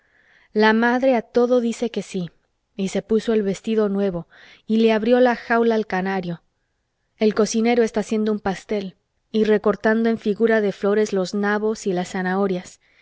la madre a todo dice que sí y se puso el vestido nuevo y le abrió la jaula al canario el cocinero está haciendo un pastel y recortando en figura de flores los nabos y las zanahorias